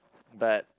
but